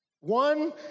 One